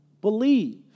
believe